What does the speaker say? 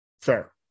Fair